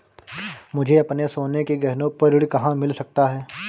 मुझे अपने सोने के गहनों पर ऋण कहाँ मिल सकता है?